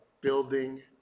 building